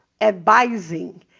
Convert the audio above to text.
advising